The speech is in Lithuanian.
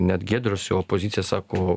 net giedrius jau opozicija sako